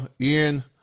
ian